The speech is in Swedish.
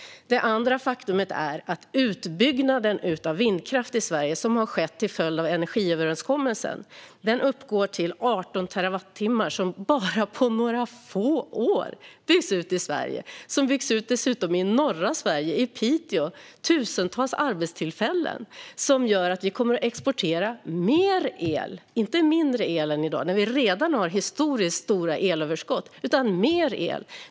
Det andra faktumet är att utbyggnaden av vindkraft i Sverige, som skett till följd av energiöverenskommelsen, uppgår till 18 terawattimmar. På bara några få år har den byggts ut i Sverige - dessutom i norra Sverige, i Piteå. Det har skapat tusentals arbetstillfällen och gör att vi kommer att exportera mer el - inte mindre el än i dag, när vi redan har historiskt stora överskott, utan mer el.